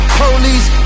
police